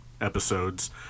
episodes